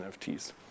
NFTs